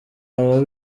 baba